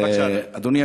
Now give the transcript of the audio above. בבקשה, אדוני.